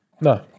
No